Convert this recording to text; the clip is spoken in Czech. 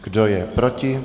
Kdo je proti?